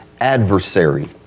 adversary